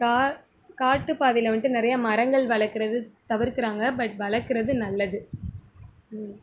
கா காட்டுப் பாதையில் வந்துட்டு நிறைய மரங்கள் வளர்க்குறது தவிர்க்கிறாங்க பட் வளர்க்குறது நல்லது